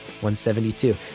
172